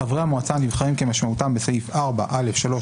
חברי המועצה הנבחרים כמשמעותם בסעיף 4(א)(3)